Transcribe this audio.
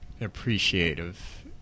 appreciative